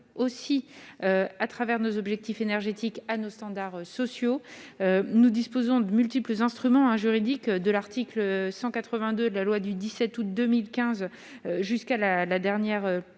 aussi à travers nos objectifs énergétiques à nos standards sociaux, nous disposons de multiples instruments juridiques de l'article 182 la loi du 17 août 2015 jusqu'à la la dernière PPE